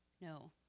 No